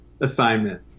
assignment